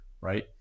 right